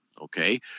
Okay